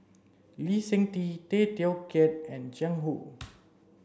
Lee Seng Tee Tay Teow Kiat and Jiang Hu